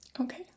Okay